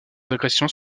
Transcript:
agressions